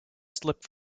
slipped